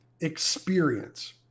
experience